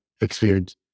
experience